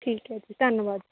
ਠੀਕ ਹੈ ਜੀ ਧੰਨਵਾਦ